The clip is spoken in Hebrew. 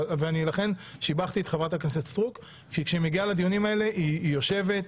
ולכן שיבחתי את חברת הכנסת סטרוק שבדיונים האלה היא שומעת,